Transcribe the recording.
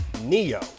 Neo